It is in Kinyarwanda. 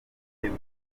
bumva